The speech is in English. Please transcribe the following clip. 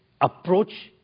approach